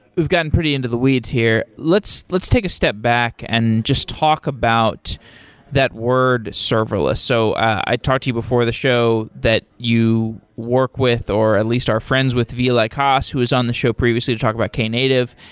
we've gotten pretty into the weeds here. let's let's take a step back and just talk about that word serverless. so i talk to you before the show that you work with or at least are friends with ville aikas, like ah so who's on the show previously to talk about knative.